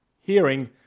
hearing